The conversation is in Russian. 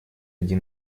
один